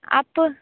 आप